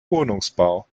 wohnungsbau